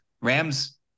Rams